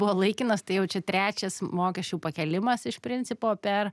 buvo laikinas tai jau čia trečias mokesčių pakėlimas iš principo per